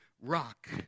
rock